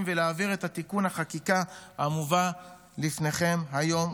ולהעביר את תיקון החקיקה המובא לפניכם היום,